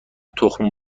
تخم